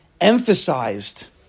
emphasized